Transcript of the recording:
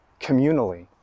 communally